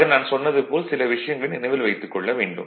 ஆக நான் சொன்னது போல் சில விஷயங்களை நினைவில் வைத்துக் கொள்ள வேண்டும்